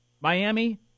Miami